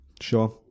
Sure